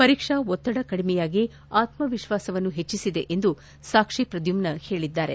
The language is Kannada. ಪರೀಕ್ಷಾ ಒತ್ತಡ ಕಡಿಮೆಯಾಗಿ ಆತ್ಮ ವಿಶ್ವಾಸ ಹೆಚ್ಚಿಸಿದೆ ಎಂದು ಸಾಕ್ಷಿ ಪ್ರದ್ಯುಮ್ನ್ ಹೇಳಿದ್ದಾರೆ